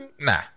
Nah